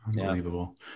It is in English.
Unbelievable